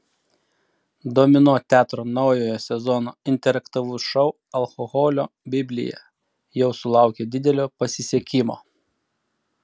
domino teatro naujojo sezono interaktyvus šou alkoholio biblija jau sulaukė didelio pasisekimo